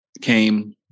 came